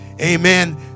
amen